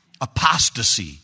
Apostasy